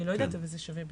זה שווה בדיקה.